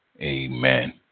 Amen